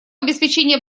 обеспечения